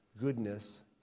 goodness